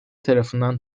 tarafından